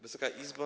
Wysoka Izbo!